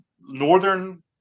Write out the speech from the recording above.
northern